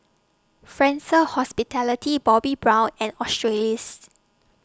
Fraser Hospitality Bobbi Brown and Australis's